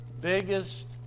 biggest